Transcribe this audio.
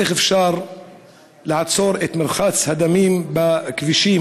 איך אפשר לעצור את מרחץ הדמים בכבישים?